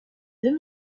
deux